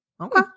Okay